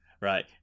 right